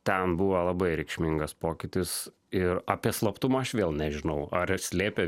ten buvo labai reikšmingas pokytis ir apie slaptumą aš vėl nežinau ar slėpė